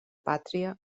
pàtria